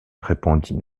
répondit